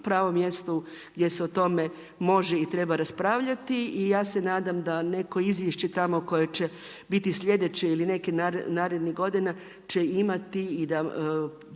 pravo mjesto gdje se o tome može i treba raspravljati. I ja se nadam da neko izvješće tamo koje će biti sljedeće ili nekih narednih godina će imati i puno